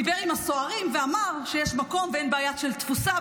דיבר עם הסוהרים ואמר שיש מקום ואין בעיה של תפוסה,